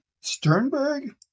Sternberg